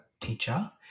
teacher